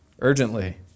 urgently